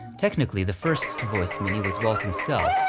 technically, the first to voice minnie himself